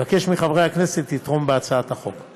אני מבקש מחברי הכנסת לתמוך בהצעת החוק.